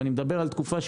ואני מדבר על תקופה,